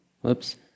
Whoops